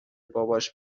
باباش